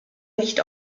nicht